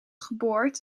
geboord